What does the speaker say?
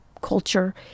culture